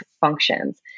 functions